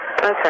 Okay